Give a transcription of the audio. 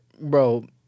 bro